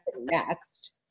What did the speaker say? next